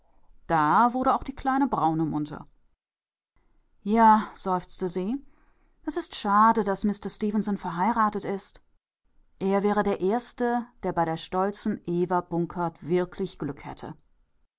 da wurde auch die kleine braune munter ja seufzte sie es ist schade daß mister stefenson verheiratet ist er wäre der erste der bei der stolzen eva bunkert wirklich glück hätte